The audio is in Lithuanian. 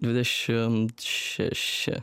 dvidešimt šeši